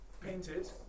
painted